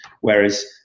whereas